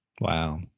Wow